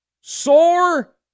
sore